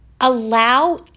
allow